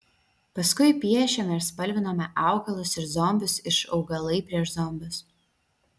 paskui piešėme ir spalvinome augalus ir zombius iš augalai prieš zombius